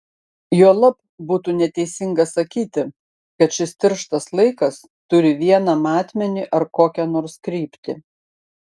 juolab būtų neteisinga sakyti kad šis tirštas laikas turi vieną matmenį ar kokią nors kryptį